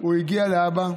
הוא הגיע לאבא,